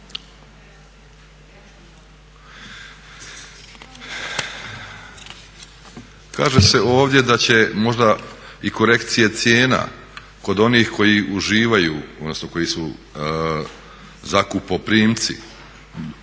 Kaže se ovdje da će možda i korekcije cijena kod onih koji uživaju, odnosno koji su zakupoprimci